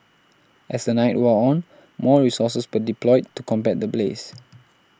as the night wore on more resources were deployed to combat the blaze